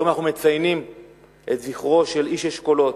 היום אנחנו מציינים את זכרו של איש אשכולות,